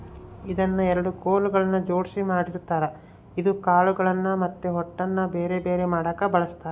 ಇದನ್ನ ಎರಡು ಕೊಲುಗಳ್ನ ಜೊಡ್ಸಿ ಮಾಡಿರ್ತಾರ ಇದು ಕಾಳುಗಳ್ನ ಮತ್ತೆ ಹೊಟ್ಟುನ ಬೆರೆ ಬೆರೆ ಮಾಡಕ ಬಳಸ್ತಾರ